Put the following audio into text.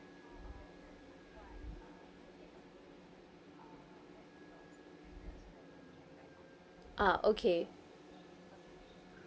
ah okay